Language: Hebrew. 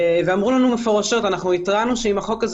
ואמרו לנו מפורשות אנחנו התרענו שאם החוק הזה